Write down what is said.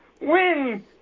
win